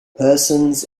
persons